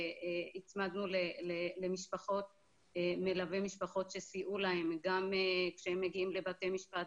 והצמדנו למשפחות מלווי משפחות שסייעו להם גם כשהם מגיעים לבתי משפט,